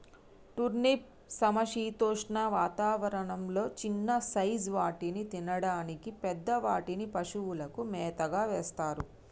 turnip సమశీతోష్ణ వాతావరణం లొ చిన్న సైజ్ వాటిని తినడానికి, పెద్ద వాటిని పశువులకు మేతగా వేస్తారు